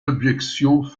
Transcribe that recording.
objections